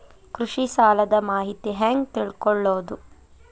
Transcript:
ಕೃಷಿ ಸಾಲದ ಮಾಹಿತಿ ಹೆಂಗ್ ತಿಳ್ಕೊಳ್ಳೋದು?